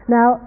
Now